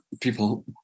people